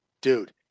dude